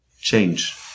Change